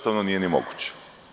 To nije ni moguće.